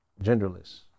genderless